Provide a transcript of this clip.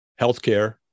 healthcare